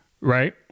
right